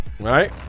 Right